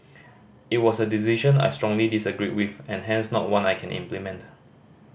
it was a decision I strongly disagreed with and hence not one I can implement